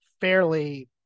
fairly